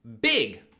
Big